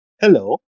Hello